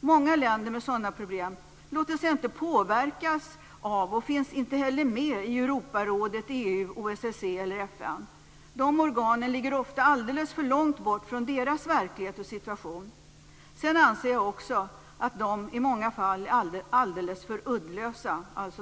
Många länder med sådana problem låter sig inte påverkas av och finns inte heller med i Europarådet, EU, OSSE eller FN. De organen ligger ofta alldeles för långt bort från deras verklighet och situation. Dessutom anser jag att de organisationerna i många fall är alldeles för uddlösa.